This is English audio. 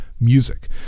music